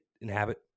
inhabit